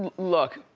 look,